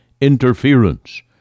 interference